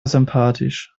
sympathisch